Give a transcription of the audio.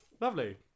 lovely